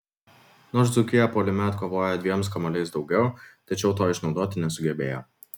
nors dzūkija puolime atkovojo dviems kamuoliais daugiau tačiau to išnaudoti nesugebėjo